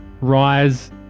rise